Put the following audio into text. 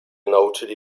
nauczyli